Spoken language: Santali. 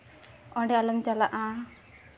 ᱚᱸᱰᱮ ᱟᱞᱚᱢ ᱪᱟᱞᱟᱜᱼᱟ